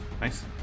Nice